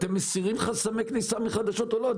אתם מסירים חסמי כניסה מחדשות או לא?